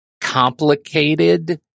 complicated